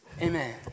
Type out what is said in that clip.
amen